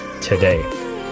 today